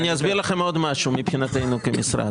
אני אסביר לכם עוד משהו מבחינתנו כמשרד,